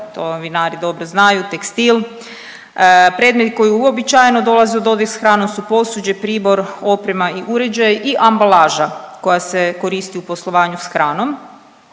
vam vinari dobro znaju, tekstil. Predmeti koji uobičajeno dolaze u dodir s hranom su posuđe, pribor, oprema i uređaji i ambalaža koja se koristi u poslovanju s hranom.